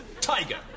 Tiger